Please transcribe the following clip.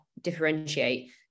differentiate